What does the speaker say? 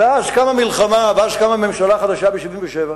ואז קמה ממשלה חדשה ב-77',